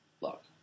Look